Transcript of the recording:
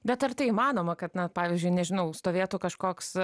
bet ar tai įmanoma kad na pavyzdžiui nežinau stovėtų kažkoks